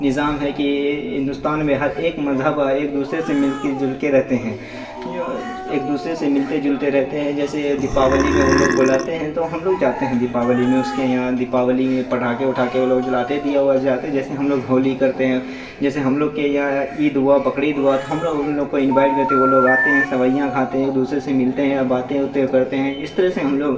نظام ہے کہ ہندوستان میں ہر ایک مذہب ایک دوسرے سے مل کے جل کے رہتے ہیں جو ایک دوسرے سے سے ملتے جلتے رہتے ہے جیسے دیپاولی میں وہ لوگ بلاتے ہیں تو ہم لوگ جاتے ہیں دیپاولی میں اس کے یہاں دیپاولی پٹاخے وٹاخے وہ لوگ جلاتے دیا ویا جلاتے جیسے ہم لوگ ہولی کرتے ہیں جیسے ہم لوگ کے یہاں عید ہوا بقرعید ہوا تو ہم لوگ ان لوگ کو انوائٹ کرتے وہ لوگ آتے ہیں سوئیاں کھاتے ہے ایک دوسرے سے ملتے ہیں باتیں ہوتی ہے کرتے ہیں اس طرح سے ہم لوگ